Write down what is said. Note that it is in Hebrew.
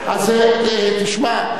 תשמע,